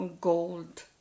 gold